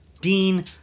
Dean